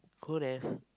could have